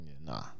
Nah